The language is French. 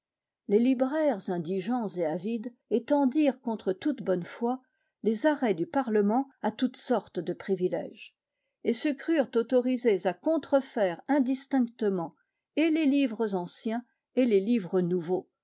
les libraires indigents et avides étendirent contre toute bonne foi les arrêts du parlement à toutes sortes de privilèges et se crurent autorisés à contrefaire indistinctement et les livres anciens et les livres nouveaux